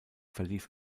verlief